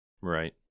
Right